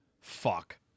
Fuck